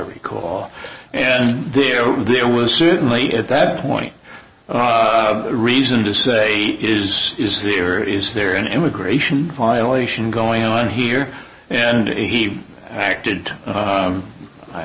recall and there there was certainly at that point a reason to say is is there is there an immigration violation going on here and he acted